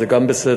זה גם בסדר,